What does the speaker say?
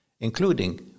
including